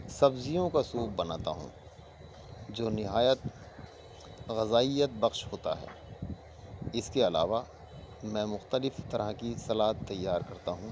سبزیوں کا سوپ بناتا ہوں جو نہایت غذائیت بخش ہوتا ہے اس کے علاوہ میں مختلف طرح کی سلاد تیار کرتا ہوں